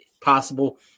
possible